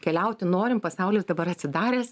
keliauti norim pasaulis dabar atsidaręs